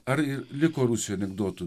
ar liko rusijoje anekdotų